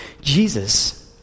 Jesus